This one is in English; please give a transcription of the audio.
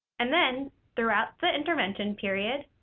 and then throughout the intervention period,